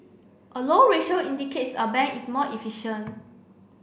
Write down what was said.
a low ratio indicates a bank is more efficient